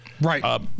right